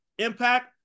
impact